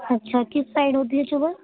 اچھا کس سائڈ ہوتی ہے چبھن